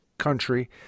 country